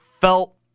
felt